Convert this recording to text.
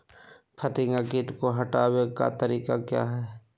फतिंगा किट को हटाने का तरीका क्या है?